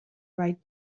write